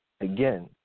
again